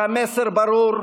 והמסר ברור.